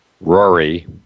Rory